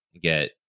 get